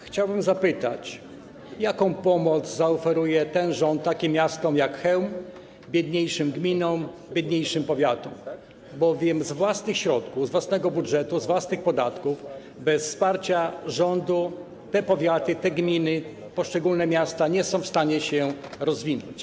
Chciałbym zapytać, jaką pomoc zaoferuje ten rząd takim miastom, jak Chełm, biedniejszym gminom, biedniejszym powiatom, bowiem z własnych środków, z własnego budżetu, z własnych podatków, bez wsparcia rządu, te powiaty, te gminy, poszczególne miasta nie są w stanie się rozwinąć.